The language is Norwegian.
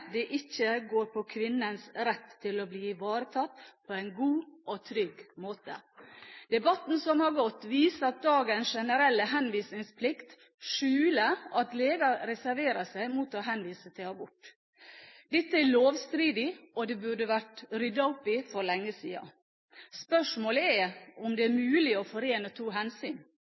det ikke går ut over kvinnens rett til å bli ivaretatt på en god og trygg måte. Debatten som har gått, viser at dagens generelle henvisningsplikt skjuler at leger reserverer seg mot å henvise til abort. Dette er lovstridig, og det burde vært ryddet opp i for lenge siden. Spørsmålet er om det er mulig å forene to hensyn